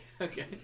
okay